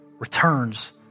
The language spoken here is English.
returns